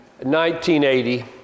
1980